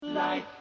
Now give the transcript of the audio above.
Life